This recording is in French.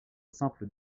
simple